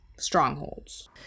strongholds